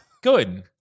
Good